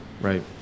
right